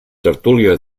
tertúlia